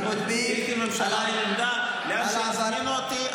אנחנו מצביעים על --- אם כממשלה תזמינו אותי,